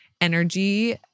energy